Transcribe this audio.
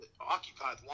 occupied